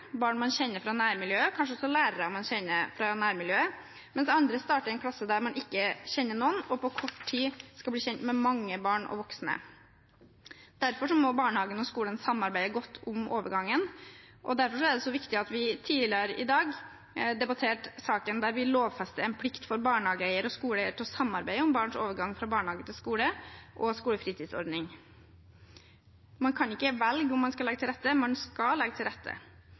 barn man kjenner fra nærmiljøet, kanskje også lærere man kjenner fra nærmiljøet, mens andre starter i en klasse der man ikke kjenner noen, og på kort tid skal bli kjent med mange barn og voksne. Derfor må barnehagen og skolen samarbeide godt om overgangen, og derfor er det så viktig at vi tidligere i dag debatterte saken der vi lovfester en plikt for barnehageeiere og skole til å samarbeide om barns overgang fra barnehage til skole og skolefritidsordning. Man kan ikke velge om man skal legge til rette, man skal legge til rette.